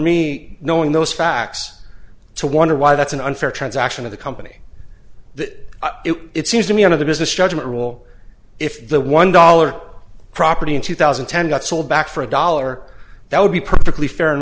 me knowing those facts to wonder why that's an unfair transaction of the company that it seems to me out of the business judgment rule if the one dollar property in two thousand and ten got sold back for a dollar that would be perfectly fa